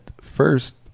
first